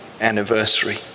anniversary